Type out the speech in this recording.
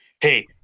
Hey